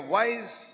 wise